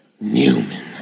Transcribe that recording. Newman